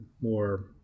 more